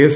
S